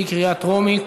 בקריאה טרומית.